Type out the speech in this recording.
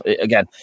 Again